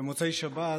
במוצאי שבת,